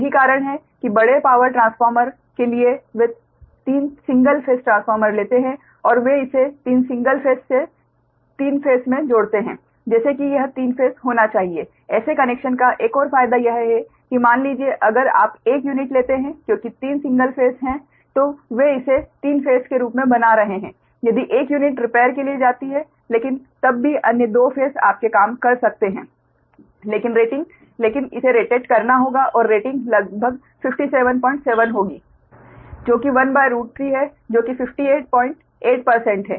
यही कारण है कि बड़े पावर ट्रांसफार्मर के लिए वे 3 सिंगल फेज ट्रांसफार्मर लेते हैं और वे इसे 3 सिंगल फेस से 3 फेस में जोड़ते हैं जैसे कि यह 3 फेस होना चाहिए ऐसे कनेक्शन का एक और फायदा यह है कि मान लीजिए अगर आप एक यूनिट लेते हैं क्योंकि 3 सिंगल फेस हैं तो वे इसे 3 फेस के रूप में बना रहे हैं यदि एक यूनिट रिपेर के लिए जाती है लेकिन तब भी अन्य 2 फेस आपके काम कर सकते हैं लेकिन रेटिंग लेकिन इसे डिरेटेड करना होगा और रेटिंग लगभग 577 होगी जो कि 1√3 है जो कि 588 है